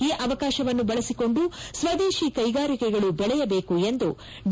ಈ ಅವಕಾಶವನ್ನು ಬಳಸಿಕೊಂಡು ಸ್ವದೇಶಿ ಕೈಗಾರಿಕೆಗಳು ಬೆಳೆಯಬೇಕು ಎಂದು ಡಿ